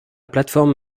plateforme